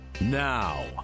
Now